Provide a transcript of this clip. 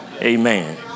Amen